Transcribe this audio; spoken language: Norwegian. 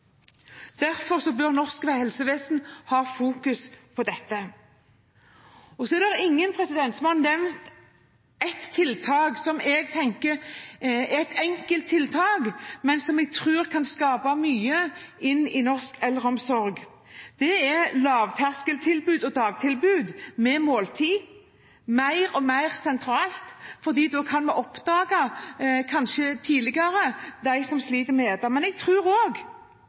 Derfor bør norsk helsevesen fokusere på dette. Det er ingen som har nevnt et tiltak som jeg tenker er et enkelt tiltak, men som jeg tror kan ha mye å si i norsk eldreomsorg. Det er lavterskeltilbud og dagtilbud med måltider, mer og mer sentralt, for da kan vi kanskje oppdage dem som sliter med å spise, tidligere. Men jeg